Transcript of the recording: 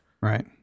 right